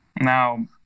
Now